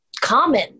common